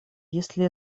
если